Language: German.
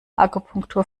akupunktur